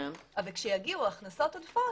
אבל כשיגיעו הכנסות עודפות,